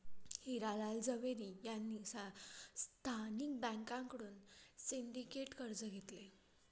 हिरा लाल झवेरी यांनी स्थानिक बँकांकडून सिंडिकेट कर्ज घेतले